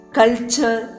culture